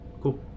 cool